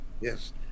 Yes